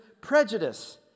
prejudice